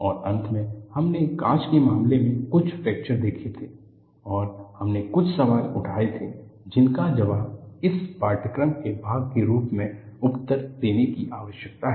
और अंत में हमने कांच के मामले में कुछ फ्रैक्चर देखे थे और हमने कुछ सवाल उठाए थे जिनका जवाब इस पाठ्यक्रम के भाग के रूप में उत्तर देने की आवश्यकता है